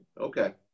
Okay